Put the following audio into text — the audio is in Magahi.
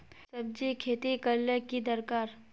सब्जी खेती करले ले की दरकार?